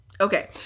Okay